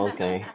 Okay